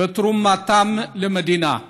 ובתרומתם למדינה.